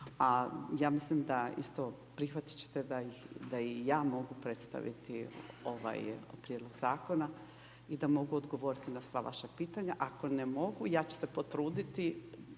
A ja mislim da isto prihvatiti ćete da i ja mogu predstaviti ovaj prijedlog zakona i da mogu odgovoriti na sva vaša pitanja. Ako ne mogu, ja ću se potruditi,